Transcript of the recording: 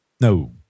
no